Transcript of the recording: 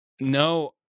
No